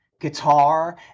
guitar